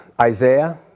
Isaiah